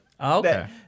Okay